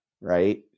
Right